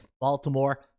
Baltimore